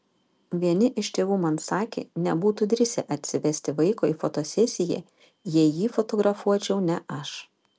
vieni iš tėvų man sakė nebūtų drįsę atsivesti vaiko į fotosesiją jei jį fotografuočiau ne aš